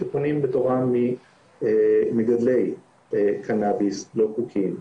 שקונים ממגדלי קנאביס לא חוקיים.